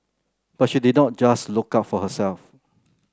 but she did not just look out for herself